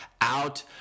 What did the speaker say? out